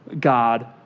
God